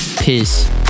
peace